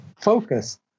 focus